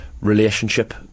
relationship